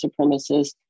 supremacists